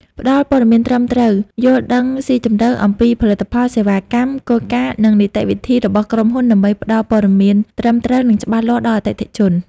ផ្ដល់ព័ត៌មានត្រឹមត្រូវ យល់ដឹងស៊ីជម្រៅអំពីផលិតផល សេវាកម្ម គោលការណ៍ និងនីតិវិធីរបស់ក្រុមហ៊ុនដើម្បីផ្ដល់ព័ត៌មានត្រឹមត្រូវ និងច្បាស់លាស់ដល់អតិថិជន។